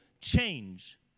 Change